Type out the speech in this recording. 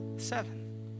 seven